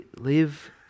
live